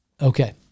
Okay